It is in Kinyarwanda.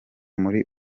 muri